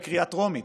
בקריאה טרומית,